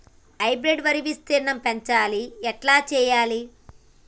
Hybrid వరి విస్తీర్ణం పెంచాలి ఎట్ల చెయ్యాలి?